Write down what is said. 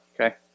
Okay